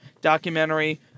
documentary